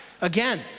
Again